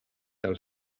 del